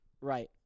Right